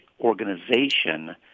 organization